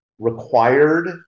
required